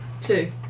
Two